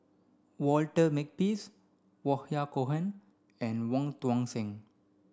Walter Makepeace Yahya Cohen and Wong Tuang Seng